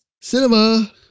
Cinema